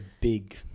big